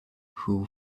who